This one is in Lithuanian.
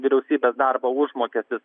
vyriausybės darbo užmokestis